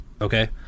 Okay